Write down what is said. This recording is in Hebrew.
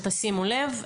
שתשימו לב,